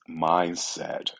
mindset